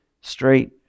straight